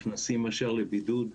נכנסים ישר לבידוד.